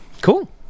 Cool